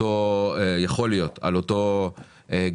יכול להיות, על אותו גבר